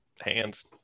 hands